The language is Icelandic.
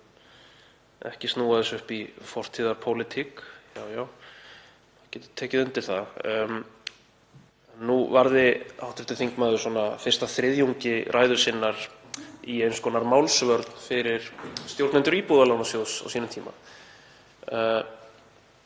Ekki snúa þessu upp í fortíðarpólitík. Já, ég get tekið undir það. Nú varði hv. þingmaður fyrsta þriðjungi ræðu sinnar í eins konar málsvörn fyrir stjórnendur Íbúðalánasjóðs á sínum tíma.